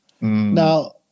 Now